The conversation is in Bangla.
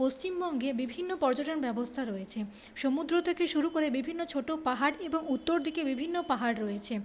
পশ্চিমবঙ্গে বিভিন্ন পর্যটন ব্যবস্থা রয়েছে সমুদ্র থেকে শুরু করে বিভিন্ন ছোট পাহাড় এবং উত্তর দিকে বিভিন্ন পাহাড় রয়েছে